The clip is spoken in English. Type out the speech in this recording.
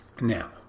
Now